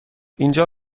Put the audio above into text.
اینجا